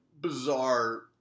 bizarre